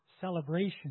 celebration